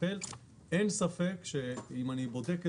תעשו